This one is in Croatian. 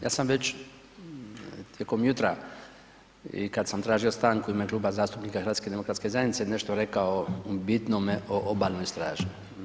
Ja sam već tijekom jutra i kad sam tražio stanku u ime Kluba zastupnika HDZ-a nešto rekao u bitnome o Obalnoj straži.